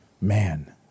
Man